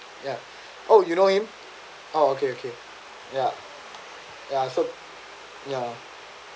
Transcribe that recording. ya oh you know him oh okay okay ya so so ya